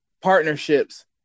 partnerships